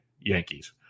Yankees